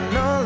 no